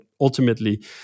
ultimately